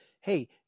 hey